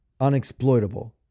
unexploitable